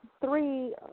three